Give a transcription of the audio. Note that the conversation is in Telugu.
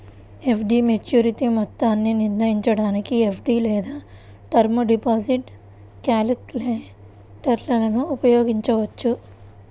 ఎఫ్.డి మెచ్యూరిటీ మొత్తాన్ని నిర్ణయించడానికి ఎఫ్.డి లేదా టర్మ్ డిపాజిట్ క్యాలిక్యులేటర్ను ఉపయోగించవచ్చు